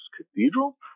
Cathedral